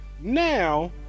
Now